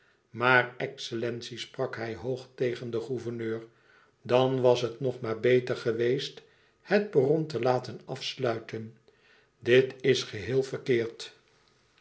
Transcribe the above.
maar excellentie sprak hij hoog tegen den gouverneur dan was het nog maar beter geweest het perron te laten afsluiten dit is geheel verkeerd